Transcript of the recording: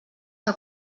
que